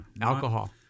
Alcohol